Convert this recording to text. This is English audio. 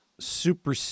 Super